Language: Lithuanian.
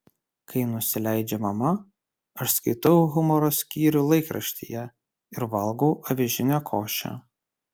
kai nusileidžia mama aš skaitau humoro skyrių laikraštyje ir valgau avižinę košę